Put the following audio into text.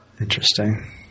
Interesting